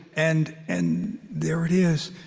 and and there it is,